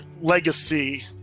legacy